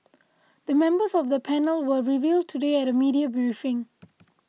the members of the panel were revealed today at a media briefing